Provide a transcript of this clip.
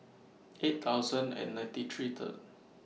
eight thousand and ninety three Third